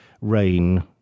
rain